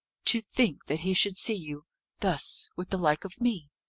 to think that he should see you thus with the like of me!